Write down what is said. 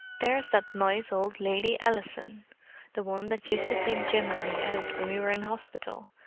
there's that nice old lady ellison the one that used to take jim and me out when we were in hospital,